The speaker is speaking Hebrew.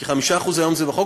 כי 5% היום זה בחוק,